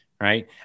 right